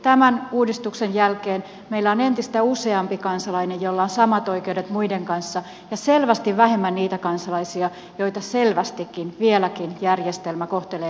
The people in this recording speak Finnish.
tämän uudistuksen jälkeen meillä on entistä useampi kansalainen jolla on samat oikeudet muiden kanssa ja selvästi vähemmän niitä kansalaisia joita selvästikin vieläkin järjestelmä kohtelee epäoikeudenmukaisesti